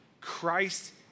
Christ